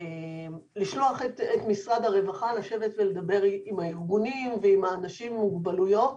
לשלוח את משרד הרווחה לשבת ולדבר עם הארגונים ועם האנשים עם מוגבלויות,